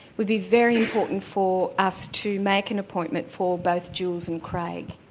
will be very important for us to make an appointment for both jules and craig,